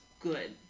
good